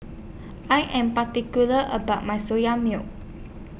I Am particular about My Soya Milk